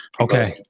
okay